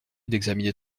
d’examiner